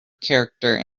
character